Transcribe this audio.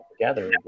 together